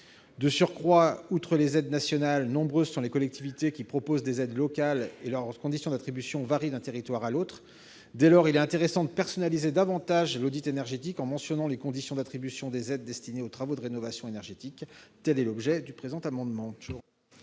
De surcroît, outre les aides nationales, nombreuses sont les collectivités qui proposent des aides locales et leurs conditions d'attribution varient d'un territoire à l'autre. Dès lors, il est intéressant de personnaliser davantage l'audit énergétique en mentionnant les conditions d'attribution des aides destinées aux travaux de rénovation énergétique. Quel est l'avis de la commission